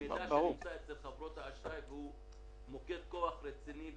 המידע שנמצא אצל חברות האשראי והוא מוקד כוח רציני,